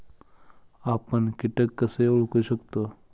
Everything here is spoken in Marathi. आपण कीटक कसे ओळखू शकतो?